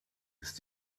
ist